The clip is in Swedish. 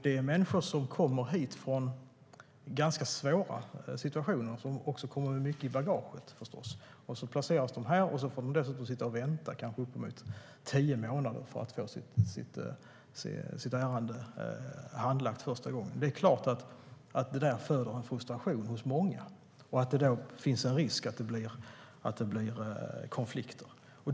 Det är människor som kommer hit från ganska svåra situationer och kommer med mycket i bagaget. De placeras här och får sitta och vänta kanske uppemot tio månader för att få sitt ärende handlagt första gången. Det är klart att det föder en frustration hos många och att det då finns en risk att det blir konflikter.